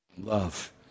love